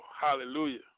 hallelujah